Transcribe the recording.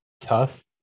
tough